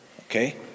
Okay